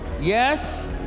Yes